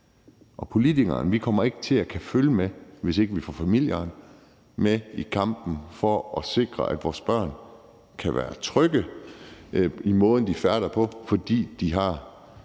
vi politikere kommer bare ikke til at kunne følge med, hvis ikke vi får familierne med i kampen for at sikre, at vores børn kan være trygge der, hvor de færdes, fordi de har